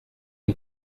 une